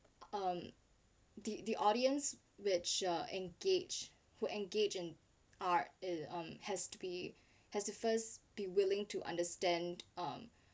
um the the audience which uh engages who engages in art it um has to be has to first be willing to understand um